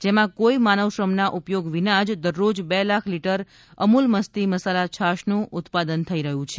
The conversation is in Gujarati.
જેમાં કોઈ માનવશ્રમના ઉપયોગ વિના જ દરરોજ બે લાખ લિટર અમૂલ મસ્તી મસાલા છાસનું ઉત્પાદન થઈ રહ્યુ છે